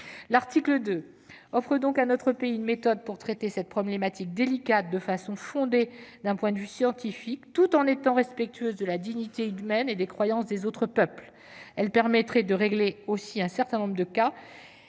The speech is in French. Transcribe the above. L'article 2 offre donc à notre pays une méthode pour traiter de cette problématique délicate selon un processus fondé d'un point de vue scientifique, ainsi que dans le respect de la dignité humaine et des croyances des autres peuples. Il permet de régler un certain nombre de cas